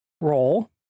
roll